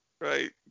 Right